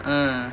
uh